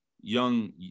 Young